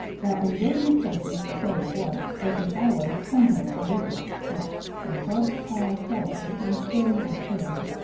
now in building of chaises, i tell you what, there is always somewhere a weakest spot in hub, tire, felloe, in spring or thill,